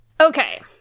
okay